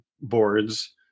boards